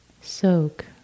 Soak